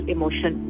Emotion